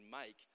make